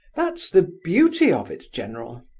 that's the beauty of it, general!